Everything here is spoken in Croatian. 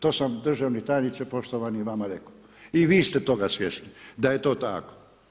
To sam državni tajniče poštovani vama rekao i vi ste toga svjesni da je to tako.